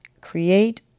create